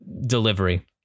delivery